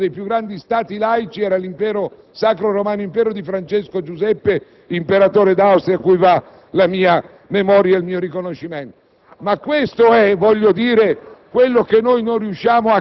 Senatrice Menapace, credo di poter affermare che uno dei più grandi Stati laici era il Sacro romano impero di Francesco Giuseppe, imperatore d'Austria, a cui va la mia memoria e il mio riconoscimento.